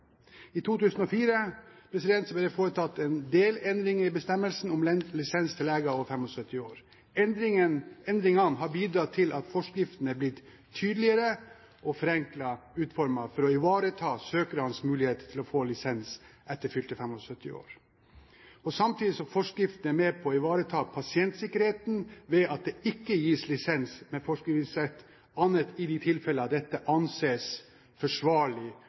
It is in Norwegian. I 2004 ble det foretatt en delendring i bestemmelsen om lisens til leger over 75 år. Endringene har bidratt til at forskriften har blitt tydeligere og forenklet utformet for å ivareta søkernes mulighet til å få lisens etter fylte 75 år, samtidig som forskriften er med på å ivareta pasientsikkerheten ved at det ikke gis lisens med forskrivningsrett annet enn i de tilfeller dette anses forsvarlig